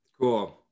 cool